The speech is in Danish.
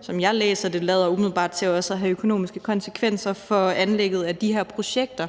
som jeg læser dem, lader til umiddelbart også at have økonomiske konsekvenser for anlægget af de her projekter.